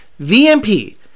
VMP